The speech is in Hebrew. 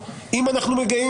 גילוי איבה,